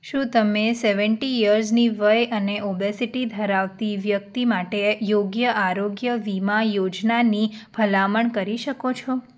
શું તમે સેવન્ટી યર્સની વય અને ઓબેસિટી ધરાવતી વ્યક્તિ માટે યોગ્ય આરોગ્ય વીમા યોજનાની ભલામણ કરી શકો છો